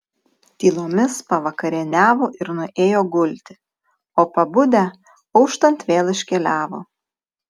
tylomis pavakarieniavo ir nuėjo gulti o pabudę auštant vėl iškeliavo